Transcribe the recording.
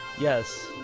Yes